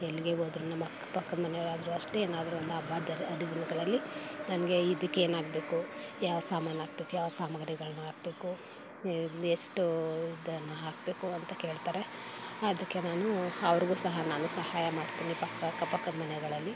ಎಲ್ಲಿಗೆ ಹೋದ್ರೂ ನಮ್ಮ ಅಕ್ಕಪಕ್ಕದ ಮನೆಯವರಾದ್ರೂ ಅಷ್ಟೇ ಏನಾದ್ರೂ ಒಂದು ಹಬ್ಬ ಹರಿದಿನಗಳಲ್ಲಿ ನನಗೆ ಇದಕ್ಕೆ ಏನು ಹಾಕಬೇಕು ಯಾವ ಸಾಮಾನು ಹಾಕಬೇಕು ಯಾವ ಸಾಮಾಗ್ರಿಗಳನ್ನ ಹಾಕಬೇಕು ಇದು ಎಷ್ಟು ಇದನ್ನು ಹಾಕಬೇಕು ಅಂತ ಕೇಳ್ತಾರೆ ಅದಕ್ಕೆ ನಾನು ಅವ್ರಿಗೂ ಸಹ ನಾನು ಸಹಾಯ ಮಾಡ್ತೀನಿ ಪಕ್ಕ ಅಕ್ಕಪಕ್ಕದ ಮನೆಗಳಲ್ಲಿ